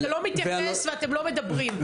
אתה לא מתייחס ואתם לא מדברים.